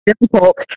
difficult